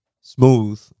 smooth